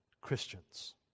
Christians